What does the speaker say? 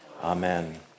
Amen